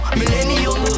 millennial